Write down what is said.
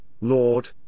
Lord